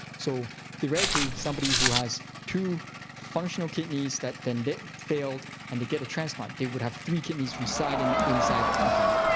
so theoretically, somebody who has two functional kidneys that then failed, and they get a transplant, they would have three kidneys residing inside of them.